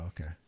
okay